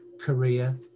Korea